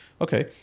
okay